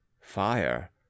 fire